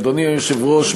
אדוני היושב-ראש,